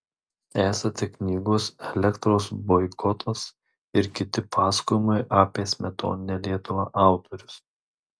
esate knygos elektros boikotas ir kiti pasakojimai apie smetoninę lietuvą autorius